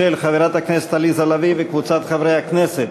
של חברת הכנסת עליזה לביא וקבוצת חברי הכנסת,